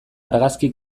argazki